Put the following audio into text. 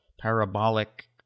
parabolic